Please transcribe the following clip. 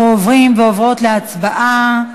אנחנו עוברים ועוברות להצבעה.